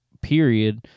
Period